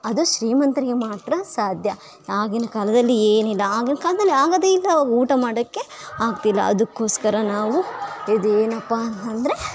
ಅದು ಶ್ರೀಮಂತರಿಗೆ ಮಾತ್ರ ಸಾಧ್ಯ ಆಗಿನ ಕಾಲದಲ್ಲಿ ಏನಿಲ್ಲ ಆಗಿನ ಕಾಲದಲ್ಲಿಆಗೋದೆ ಇಲ್ಲ ಅವು ಊಟ ಮಾಡೊಕ್ಕೆ ಆಗ್ತಿಲ್ಲ ಅದಕೋಸ್ಕರ ನಾವು ಇದು ಏನಪ್ಪ ಅಂತಂದರೆ